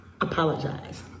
Apologize